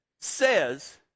says